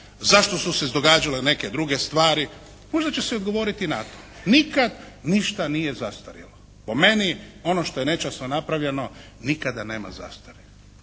zašto su se izdogađale neke druge stvari. Možda će se odgovoriti i na to. Nikad ništa nije zastarjelo. Po meni ono što je nečasno napravljeno nikada nema zastare.